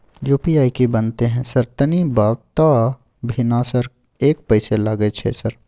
UPI की बनते है सर तनी बता भी ना सर एक पैसा लागे छै सर?